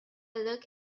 look